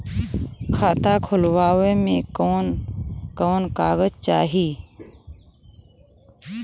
खाता खोलवावे में कवन कवन कागज चाही?